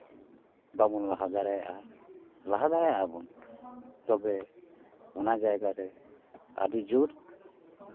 ᱵᱟᱵᱚᱱ ᱞᱟᱦᱟ ᱫᱟᱲᱮᱭᱟᱜᱼᱟ ᱞᱟᱦᱟ ᱫᱟᱲᱮᱭᱟᱜ ᱵᱚᱱ ᱛᱚᱵᱮ ᱚᱱᱟ ᱡᱟᱭᱜᱟ ᱨᱮ ᱟᱹᱰᱤ ᱡᱳᱨ